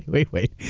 wait, wait.